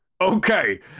Okay